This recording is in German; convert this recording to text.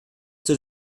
zur